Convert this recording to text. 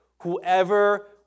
whoever